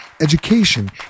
education